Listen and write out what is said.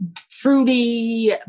fruity